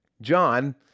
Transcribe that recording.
John